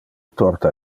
torta